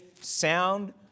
sound